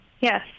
Yes